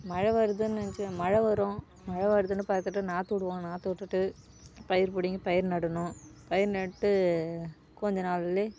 மழை வருதுன்னு நினச்சும் மழை வரும் மழை வருதுன்னு பார்த்துட்டு நாற்றுடுவோம் நாற்றுட்டுட்டு பயிர் பிடிங்கி பயிர் நடணும் பயிர் நட்டு கொஞ்சம் நாளிலே